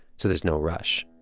so there's no rush.